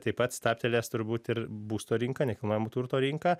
taip pat stabtelės turbūt ir būsto rinka nekilnojamo turto rinka